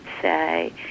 say